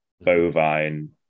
Bovine